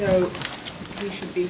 you know you should be